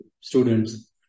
students